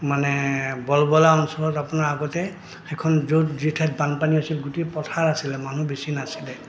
মানে অঞ্চলত আপোনাৰ আগতে সেইখন য'ত যি ঠাইত বানপানী আছিল গোটেই পথাৰ আছিলে মানুহ বেছি নাছিলে